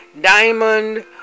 Diamond